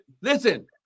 listen